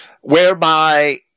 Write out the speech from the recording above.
Whereby